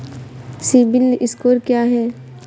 CIBIL score क्या है?